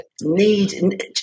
need